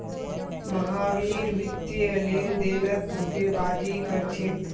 महावीर वित्तीय लेनदेनत धोखेबाजी कर छेक